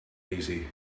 easy